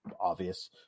obvious